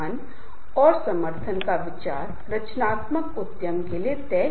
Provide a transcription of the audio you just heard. इन के साथ मैं समाप्त करना चाहूंगा बहुत धन्यवाद